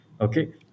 Okay